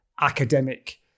academic